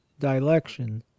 DILECTION